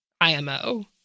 IMO